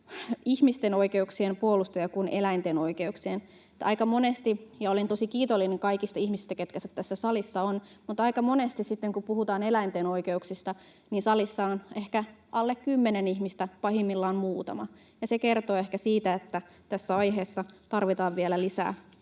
eläinten oikeuksien kuin ihmisten oikeuksien puolustajia. Olen tosi kiitollinen kaikista ihmisistä, keitä tässä salissa on, mutta aika monesti sitten, kun puhutaan eläinten oikeuksista, salissa on ehkä alle kymmenen ihmistä, pahimmillaan muutama, ja se kertoo ehkä siitä, että tässä aiheessa tarvitaan vielä lisää